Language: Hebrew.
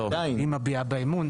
היא מביעה בה אמון.